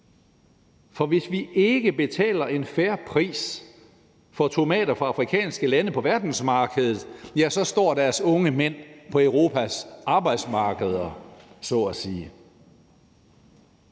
for hvis vi ikke betaler en fair pris for tomater fra afrikanske lande på verdensmarkedet, ja, så står deres unge mænd på Europas arbejdsmarkeder så at sige.